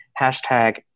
hashtag